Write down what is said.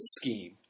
scheme